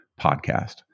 podcast